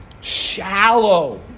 shallow